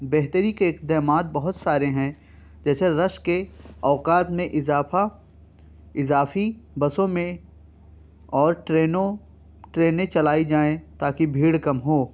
بہتری کے اقدامات بہت سارے ہیں جیسے رش کے اوقات میں اضافہ اضافی بسوں میں اور ٹرینوں ٹرینیں چلائی جائیں تا کہ بھیڑ کم ہو